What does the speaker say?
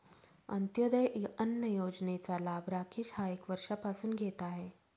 अंत्योदय अन्न योजनेचा लाभ राकेश हा एक वर्षापासून घेत आहे